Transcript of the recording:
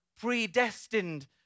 predestined